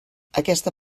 aquesta